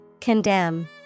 Condemn